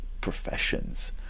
professions